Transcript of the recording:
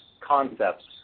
concepts